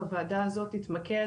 שהוועדה הזאת תתמקד,